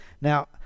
Now